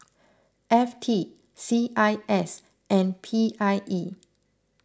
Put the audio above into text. F T C I S and P I E